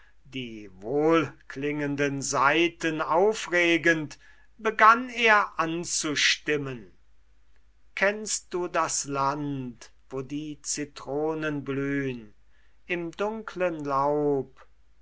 die wohlklingenden saiten aufregend begann er anzustimmen kennst du das land wo die zitronen blühn im dunklen laub